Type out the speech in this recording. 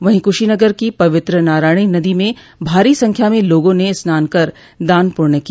वहीं कुशीनगर की पवित्र नारायणी नदी में भारी संख्या में लोगों ने स्नान कर दान पुण्य किया